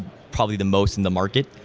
probably the most in the market,